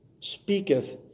speaketh